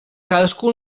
cadascú